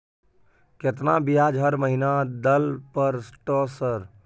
केतना ब्याज हर महीना दल पर ट सर?